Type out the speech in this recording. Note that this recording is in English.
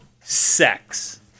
sex